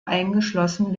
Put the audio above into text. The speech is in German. eingeschlossen